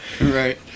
right